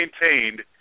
maintained